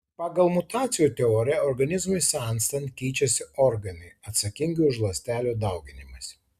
pagal mutacijų teoriją organizmui senstant keičiasi organai atsakingi už ląstelių dauginimąsi